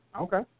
Okay